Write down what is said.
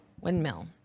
Windmill